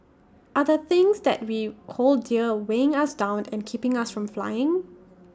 are the things that we hold dear weighing us down and keeping us from flying